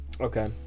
Okay